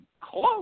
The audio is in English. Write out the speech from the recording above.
close